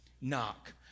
knock